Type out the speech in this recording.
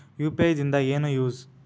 UPI ದಿಂದ ಏನು use?